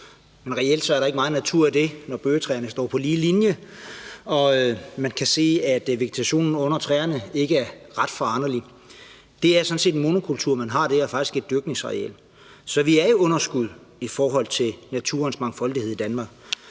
men reelt er der ikke meget natur i det, når bøgetræerne står på lige linje og man kan se, at vegetationen under træerne ikke er ret foranderlig. Det er sådan set en monokultur, man har der, faktisk et dyrkningsareal. Så vi er i underskud i forhold til naturens mangfoldighed i Danmark.